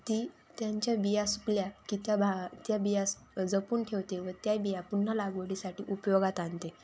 ती त्यांच्या बिया सुकल्या की त्या भा त्या बिया जपून ठेवते व त्या बिया पुन्हा लागवडीसाठी उपयोगात आणते